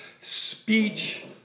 speech